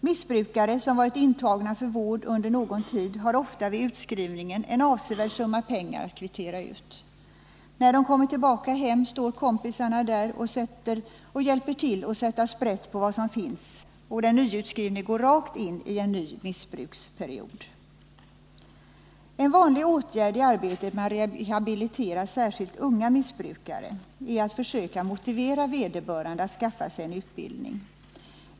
Missbrukare, som har varit intagna för vård under någon tid, har ofta vid utskrivningen en avsevärd summa pengar att kvittera ut. När de kommer tillbaka hem, står kompisarna där och hjälper till att sätta sprätt på vad som finns. Den nyutskrivne går rakt in i en ny missbruksperiod. En vanlig åtgärd i arbetet med att rehabilitera särskilt unga missbrukare är att försöka motivera vederbörande att skaffa sig en utbildning.